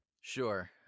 sure